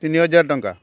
ତିନି ହଜାର ଟଙ୍କା